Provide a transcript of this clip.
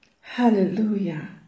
Hallelujah